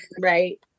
Right